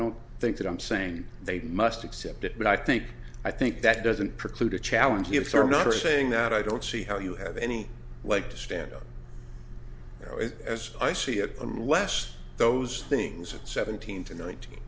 don't think that i'm saying they must accept it but i think i think that doesn't preclude a challenge of some not saying that i don't see how you have any like to stand out as i see it unless those things at seventeen to nineteen